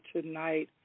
tonight